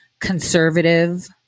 Conservative